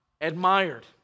admired